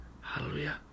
Hallelujah